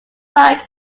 back